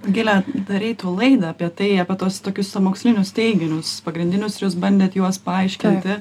rugile darei tu laidą apie tai apie tuos tokius sąmokslinius teiginius pagrindinius ir jūs bandėt juos paaiškinti